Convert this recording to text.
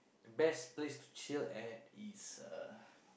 best place to chill at is uh